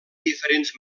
diferents